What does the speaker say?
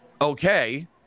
okay